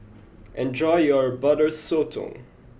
enjoy your butter Sotong